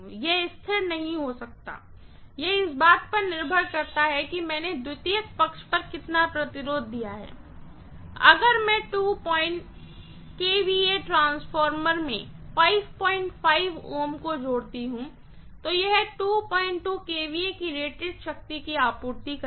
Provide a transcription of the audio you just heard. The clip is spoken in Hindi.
यह स्थिर नहीं हो सकता यह इस बात पर निर्भर करता है कि मैंने सेकेंडरी पक्ष पर कितना रेजिस्टेंस दिया है अगर मैं 22 kVA ट्रांसफार्मर में 55 Ω को जोड़ती हूं तो यह 22 kVA की रेटेड शक्ति की आपूर्ति करेगा